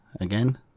again